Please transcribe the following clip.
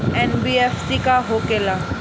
NBFC का होंखे ला?